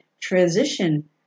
transition